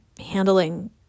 handling